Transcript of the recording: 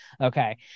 Okay